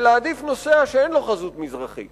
ולהעדיף נוסע שאין לו חזות מזרחית